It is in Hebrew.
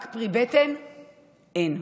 רק פרי בטן אין.